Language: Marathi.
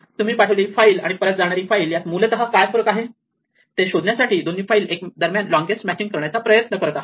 तुम्ही पाठवलेली फाईल आणि परत जाणारी फाईल यात मूलत काय फरक आहे ते शोधण्यासाठी दोन्ही फाईल दरम्यान लोंगेस्ट मॅचिंग करण्याचा प्रयत्न करत आहे